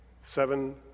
seven